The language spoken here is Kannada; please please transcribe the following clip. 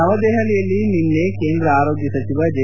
ನವದೆಹಲಿಯಲ್ಲಿ ನಿನ್ನೆ ಕೇಂದ್ರ ಆರೋಗ್ಲ ಸಚಿವ ಜೆ